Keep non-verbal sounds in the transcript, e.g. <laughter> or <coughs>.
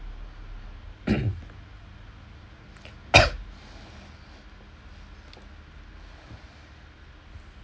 <coughs>